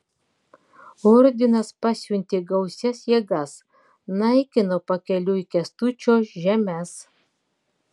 ordinas pasiuntė gausias jėgas naikino pakeliui kęstučio žemes